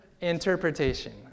interpretation